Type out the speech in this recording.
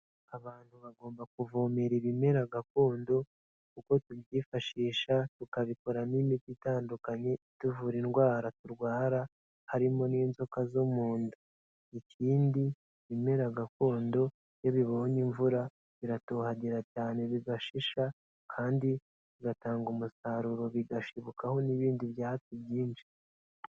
Abantu bagomba kuvomera ibimera gakondo kuko tubyifashisha tukabikoramo imiti itandukanye ituvura indwara turwara harimo n'inzoka zo mu nda, ikindi ibimera gakondo iyo bibonye imvura biratohagira cyane bigashisha kandi bigatanga umusaruro bigashibukaho n'ibindi byatsi byinshi.